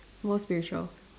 more spiritual